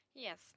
Yes